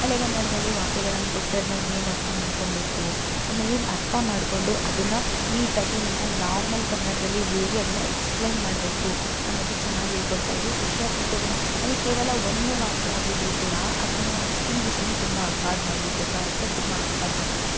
ಹಳೆಗನ್ನಡದಲ್ಲಿ ವಾಕ್ಯಗಳನ್ನ ಕೊಟ್ಟರೆ ಅದನ್ನ ಹೇಗೆ ಅರ್ಥ ಮಾಡ್ಕೊಳ್ಬೇಕು ಅದನ್ನ ಹೇಗೆ ಅರ್ಥ ಮಾಡಿಕೊಂಡು ಅದನ್ನು ನೀಟಾಗಿ ನಮ್ಮ ನಾರ್ಮಲ್ ಕನ್ನಡದಲ್ಲಿ ಹೇಗೆ ಅದನ್ನು ಎಕ್ಸ್ಪ್ಲೇನ್ ಮಾಡಬೇಕು ಅನ್ನೋದು ಚೆನ್ನಾಗಿ ಹೇಳ್ಕೊಡ್ತಾ ಇದ್ದರು ಖುಷಿ ಆಗ್ತಿತ್ತು ಅದನ್ನು ಅದು ಕೇವಲ ಒಂದೇ ವಾಕ್ಯ ಆಗಿದ್ದರು ಕೂಡ ಅದನ್ನು ನಾವು ಎಕ್ಸ್ಪ್ಲನೇಷನ್ ತುಂಬ ಅಗಾಧವಾಗಿತ್ತು ಅದರ ಅರ್ಥ ತುಂಬ ಅಗಾಧವಾಗಿತ್ತು